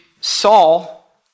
Saul